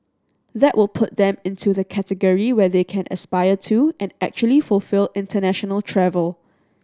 that will put them into the category where they can aspire to and actually fulfil international travel